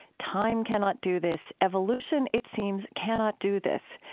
time cannot do this. evolution, it seems, cannot do this.